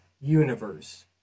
universe